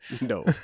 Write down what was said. No